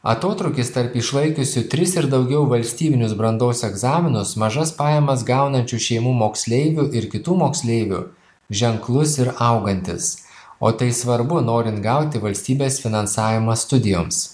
atotrūkis tarp išlaikiusių tris ir daugiau valstybinius brandos egzaminus mažas pajamas gaunančių šeimų moksleivių ir kitų moksleivių ženklus ir augantis o tai svarbu norint gauti valstybės finansavimą studijoms